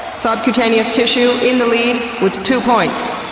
subcutaneous tissue in the lead with two points.